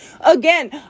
Again